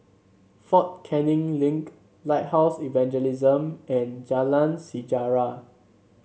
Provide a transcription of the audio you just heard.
Fort Canning Link Lighthouse Evangelism and Jalan Sejarah